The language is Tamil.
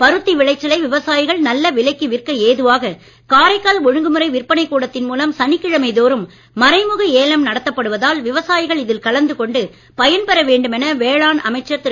பருத்தி விளைச்சலை விவசாயிகள் நல்ல விலைக்கு விற்க ஏதுவாக காரைக்கால் ஒழுங்குமுறை விற்பனைக் கூடத்தின் மூலம் சனிக்கிழமை தோறும் மறைமுக ஏலம் நடத்தப்படுவதால் விவமசாயிகள் இதில் கலந்து கொண்டு பயன்பெற வேண்டுமென வேளாண் அமைச்சர் திரு